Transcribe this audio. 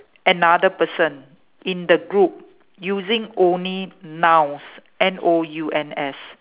another person in the group using only nouns N O U N S